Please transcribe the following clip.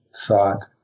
thought